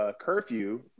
curfew